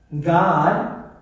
God